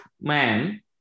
man